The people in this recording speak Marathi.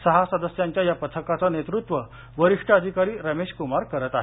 सहा सदस्यांच्या या पथकाचं नेतृत्व वरिष्ठ अधिकारी रमेशकुमार करत आहेत